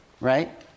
Right